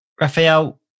Raphael